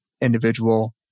individual